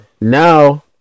Now